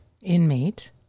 inmate